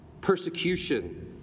persecution